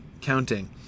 counting